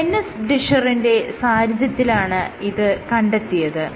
Dennis ഡിഷറിന്റെ സാരഥ്യത്തിലാണ് ഇത് കണ്ടെത്തിയത്